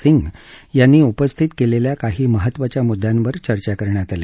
सिंग यांनी उपस्थित केलेल्या काही महत्त्वाच्या मुद्यांवर चर्चा करण्यात आली